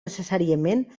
necessàriament